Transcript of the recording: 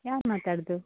ಯಾರು ಮಾತಾಡೋದು